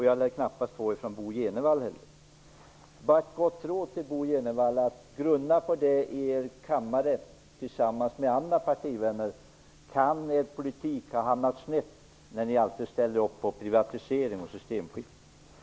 Jag lär knappast få det från Bo Jenevall heller. Jag vill ge Bo Jenevall ett gott råd. Han bör tillsammans med andra partivänner grunna på om Ny demokratis politik ha hamnat snett i och med att man alltid ställer upp på privatiseringar och systemskiften.